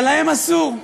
אבל להם אסור.